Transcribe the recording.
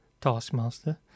Taskmaster